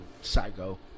psycho